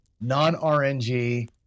Non-RNG